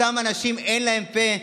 אותם האנשים, אין להם פה.